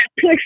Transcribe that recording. push